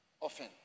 often